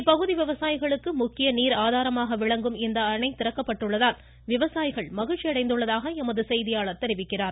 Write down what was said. இப்பகுதி விவசாயிகளுக்கு முக்கிய நீர் ஆதாரமாக விளங்கும் இந்த அணை திறக்கப்பட்டுள்ளதால் விவாசாயிகள் மகிழ்ச்சியடைந்துள்ளதாக எமது செய்தியாளர் தெரிவிக்கிறார்